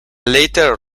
later